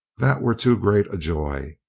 that were too great a joy.